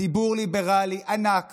ציבור ליברלי ענק